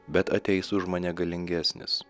bet ateis už mane galingesnis